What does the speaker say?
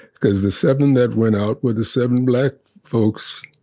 because the seven that went out were the seven black folks,